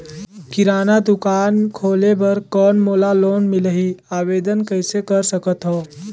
किराना दुकान खोले बर कौन मोला लोन मिलही? आवेदन कइसे कर सकथव?